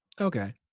Okay